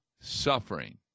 suffering